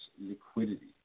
liquidity